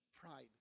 pride